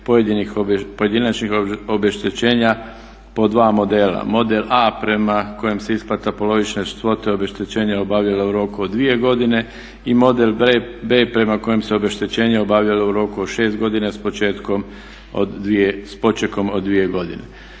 pojedinačnih obeštećenja po dva modela. Model A prema kojem se isplata polovične svote obeštećenja obavljala u roku od 2 godine i model B prema kojem se obeštećenje obavljalo u roku od 6 godina s početkom od, s počekom